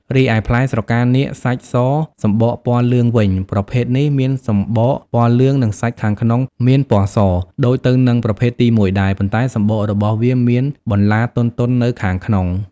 រីឯផ្លែស្រកានាគសាច់សសំបកពណ៌លឿងវិញ ប្រភេទនេះមានសម្បកពណ៌លឿង និងសាច់ខាងក្នុងមានពណ៌សដូចទៅនឹងប្រភេទទីមួយដែរ ប៉ុន្តែសំបករបស់វាមានបន្លាទន់ៗនៅខាងក្រៅ។